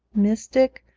mystic,